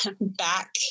back